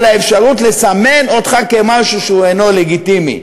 האפשרות לסמן אותך כמשהו שהוא אינו לגיטימי.